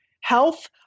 health